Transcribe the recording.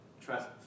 trust